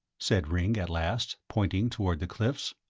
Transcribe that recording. said ringg at last, pointing toward the cliffs,